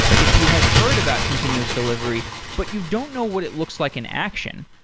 if you have heard about continuous delivery, but you don't know what it looks like in action,